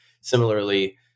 Similarly